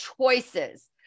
choices